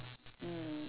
mm